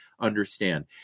understand